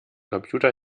computer